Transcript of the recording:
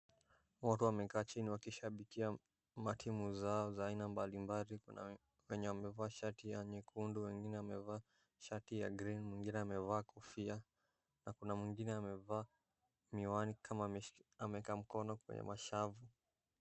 Watu wamekaa chini wakishabikia matimu zao za aina mbalimbali. Kuna wenye wamevaa shati ya nyekundu wengine wamevaa shati ya green .Mwingine amevaa kofia na kuna mwingine amevaa miwani kama ameeka mkono kwenye mashavu.